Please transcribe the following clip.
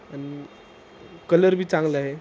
आणि कलर बी चांगलं आहे